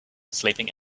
sleeping